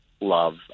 love